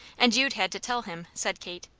and you'd had to tell him, said kate.